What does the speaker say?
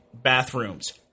bathrooms